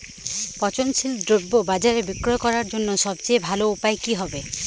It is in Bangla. পচনশীল দ্রব্য বাজারে বিক্রয় করার জন্য সবচেয়ে ভালো উপায় কি হবে?